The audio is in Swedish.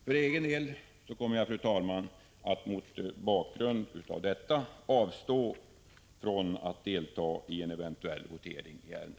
Fru talman! För egen del kommer jag mot bakgrund av detta att avstå från att delta i en eventuell votering i ärendet.